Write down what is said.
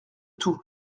tout